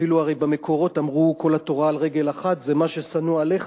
אפילו הרי במקורות אמרו: כל התורה על רגל אחת זה מה ששנוא עליך,